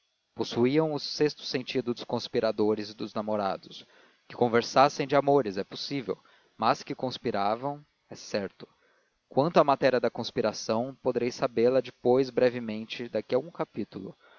possuíam o sexto sentido dos conspiradores e dos namorados que conversassem de amores é possível mas que conspiravam é certo quanto à matéria da conspiração podereis sabê la depois brevemente daqui a um capítulo